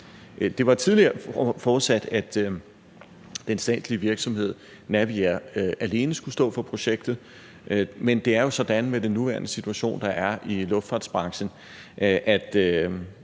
Det var tidligere forudsat, at den statslige virksomhed Naviair alene skulle stå for projektet, men det er jo sådan med den nuværende situation, der er i luftfartsbranchen, at